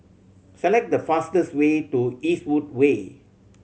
select the fastest way to Eastwood Way